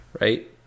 right